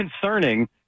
concerning